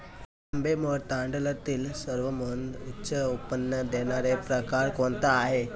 आंबेमोहोर तांदळातील सर्वोत्तम उच्च उत्पन्न देणारा प्रकार कोणता आहे?